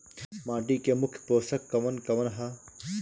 माटी में मुख्य पोषक कवन कवन ह?